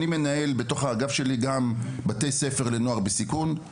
אני מנהל בתוך האגף שלי בתי ספר לנוער בסיכון,